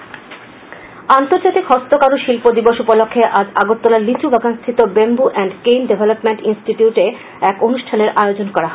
হস্তকারু আন্তর্জাতিক হস্ত কারু শিল্প দিবস উপলক্ষে আজ আগরতলার লিচু বাগানস্থিত ব্যাম্বু এন্ড কেইন ডেভলপমেন্ট ইনস্টিটিউটে এক অনুষ্ঠানের আয়োজন করা হয়